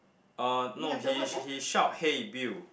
uh no he he shout hey Bill